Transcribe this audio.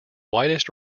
widest